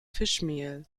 fischmehl